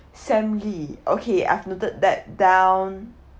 samly okay I've noted that down